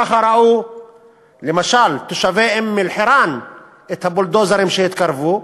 ככה ראו למשל תושבי אום-אלחיראן את הבולדוזרים שהתקרבו.